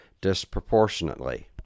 disproportionately